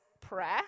prayer